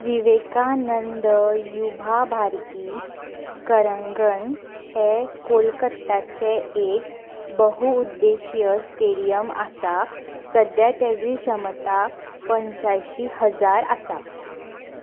विवेकानंद युभा भारती करंगन हें कोलकत्ताचें एक बहुउद्देशीय स्टेडियम आसा सद्याक तेजी क्षमता पंच्यांयशीं हजार आसा